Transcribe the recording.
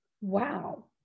Wow